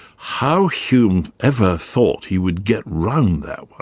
how hume ever thought he would get round that,